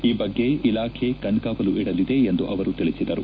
ಈ ಬಗ್ಗೆ ಇಲಾಖೆ ಕಣ್ಗಾವಲು ಇಡಲಿದೆ ಎಂದು ಅವರು ತಿಳಿಸಿದರು